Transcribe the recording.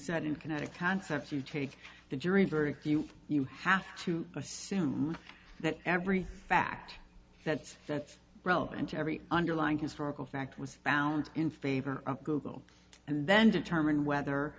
said in kinetic concepts you take the jury very few you have to assume that every fact that's that's relevant to every underlying historical fact was found in favor of google and then determine whether